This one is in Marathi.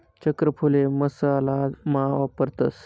चक्रफूल हे मसाला मा वापरतस